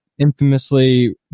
infamously